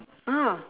ah